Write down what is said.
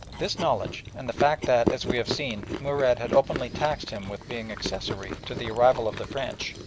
this knowledge, and the fact that, as we have seen, murad had openly taxed him with being accessory to the arrival of the french,